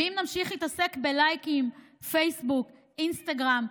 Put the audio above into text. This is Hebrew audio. ואם נמשיך להתעסק בלייקים, פייסבוק, אינסטגרם,